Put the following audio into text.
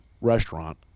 restaurant